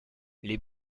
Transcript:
les